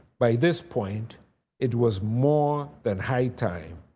by this point it was more than high time